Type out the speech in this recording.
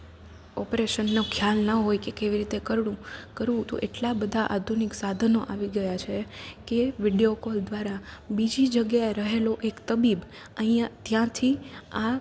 ઑપરેશનનો ખ્યાલ ન હોય કે કેવી રીતે કરવું કરવું તો એટલાં બધાં આધુનિક સાધનો આવી ગયાં છે કે વિડિયો કોલ દ્વારા બીજી જગ્યાએ રહેલો એક તબીબ અહીં ત્યાંથી આ